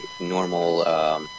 normal –